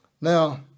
Now